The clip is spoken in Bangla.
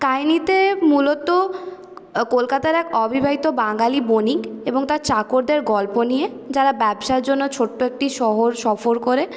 কাহিনিটি মূলত কলকাতার এক অবিবাহিত বাঙালি বণিক এবং তার চাকরদের গল্প নিয়ে যারা ব্যবসার জন্য ছোট্ট একটি শহর সফর করে